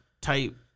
type